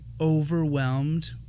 overwhelmed